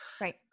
right